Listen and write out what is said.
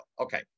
okay